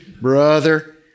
brother